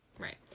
Right